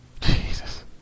Jesus